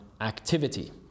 activity